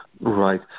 Right